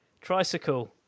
Tricycle